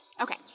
Okay